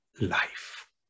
life